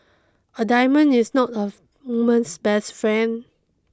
a diamond is not a woman's best friend